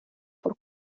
por